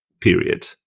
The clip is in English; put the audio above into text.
period